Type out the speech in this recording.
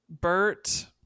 Bert